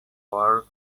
for